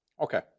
Okay